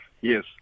Yes